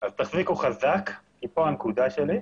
אז תחזיקו חזק, כי פה הנקודה שלי.